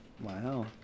Wow